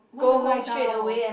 want to lie down